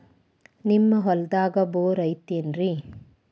ನಿಮ್ಮ ಹೊಲ್ದಾಗ ಬೋರ್ ಐತೇನ್ರಿ?